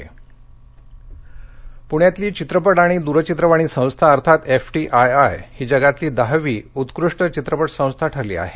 F T I I पुण्यातली चित्रपट आणि दूरचित्रवाणी संस्था अर्थात एफटीआयआय ही जगातली दहावी उत्कृष्ट चित्रपट संस्था ठरली आहे